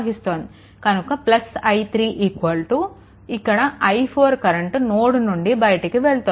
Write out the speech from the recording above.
కనుక i3 ఇక్కడ i4 current node నుండి బయటికి వెళ్తోంది